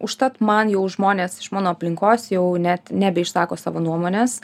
užtat man jau žmonės iš mano aplinkos jau net nebeišsako savo nuomonės